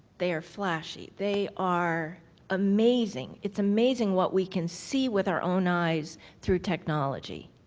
they are flashy, they are amazing. it's amazing what we can see with our own eyes through technology,